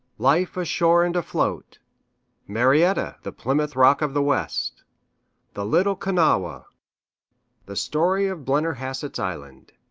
life ashore and afloat marietta, the plymouth rock of the west the little kanawha the story of blennerhassett's island.